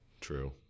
True